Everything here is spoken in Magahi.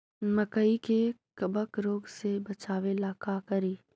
मकई के कबक रोग से बचाबे ला का करि?